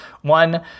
One